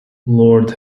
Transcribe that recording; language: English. lord